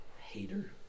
hater